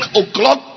o'clock